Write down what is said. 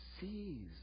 sees